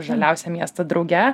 žaliausią miestą drauge